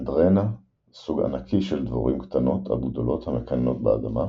אנדרנה – סוג ענקי של דבורים קטנות עד גדולות המקננות באדמה.